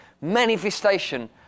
manifestation